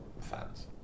fans